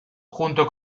junto